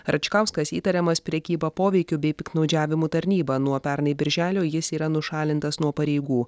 račkauskas įtariamas prekyba poveikiu bei piktnaudžiavimu tarnyba nuo pernai birželio jis yra nušalintas nuo pareigų